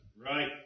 right